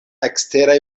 eksteraj